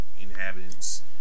inhabitants